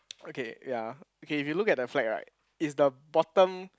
okay ya okay if you look at the flag right is the bottom